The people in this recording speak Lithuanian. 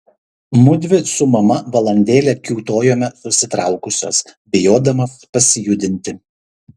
mudvi su mama valandėlę kiūtojome susitraukusios bijodamos pasijudinti